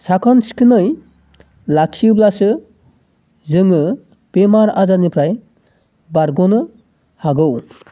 साखोन सिखोनै लाखियोब्लासो जोंङो बेमार आजारनिफ्राय बारग'नो हागौ